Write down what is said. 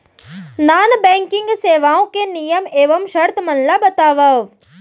non banking सेवाओं के नियम एवं शर्त मन ला बतावव